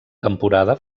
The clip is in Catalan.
temporada